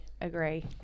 Agree